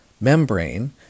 Membrane